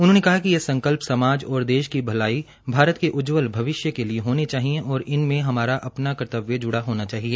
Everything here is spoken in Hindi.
उनहोंने कहा कि यह संकल्प समाज और देश की भलाई भारत के उज्जवल भविष्य के लिए होने चाहिए और हमार अपना कर्तव्य जुडा होना चाहिए